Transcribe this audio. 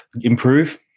improve